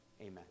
Amen